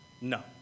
no